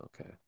Okay